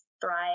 thrive